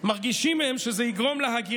הלוא מרגישים הם בעצמם שזה יגרום בעתיד